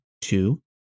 two